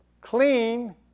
clean